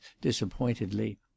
disappointedly